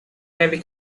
navy